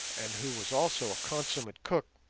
and who was also a consummate cook,